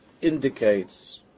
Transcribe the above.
indicates